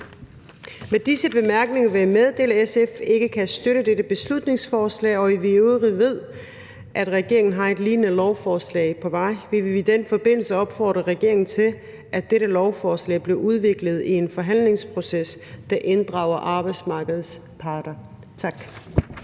Med disse bemærkninger vil jeg meddele, at SF ikke kan støtte dette beslutningsforslag, og når vi i øvrigt ved, at regeringen har et lignende lovforslag på vej, vil vi i den forbindelse opfordre regeringen til, at dette lovforslag bliver udviklet i en forhandlingsproces, der inddrager arbejdsmarkedets parter. Tak.